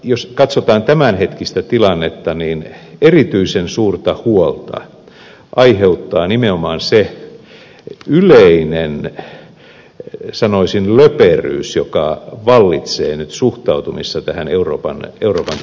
jos katsotaan tämänhetkistä tilannetta erityisen suurta huolta aiheuttaa nimenomaan se yleinen löperyys joka vallitsee nyt suhtautumisessa tähän euroopan taloustilanteeseen